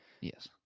Yes